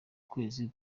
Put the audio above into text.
kwezi